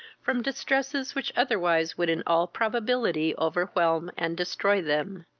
from distresses which otherwise would in all probability overwhelm and destroy them.